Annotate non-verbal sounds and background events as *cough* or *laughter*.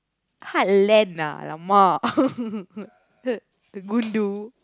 hard land lah !alamak! *laughs* gundu